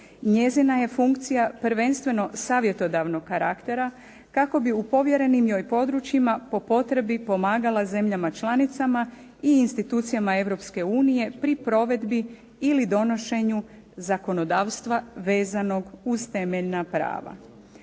Njezina je funkcija prvenstveno savjetodavnog karaktera kako bi u povjerenim joj područjima po potrebi pomagala zemljama članicama i institucijama Europske unije, pri provedbi ili donošenju zakonodavstva vezanog uz temeljna prava.